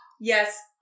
Yes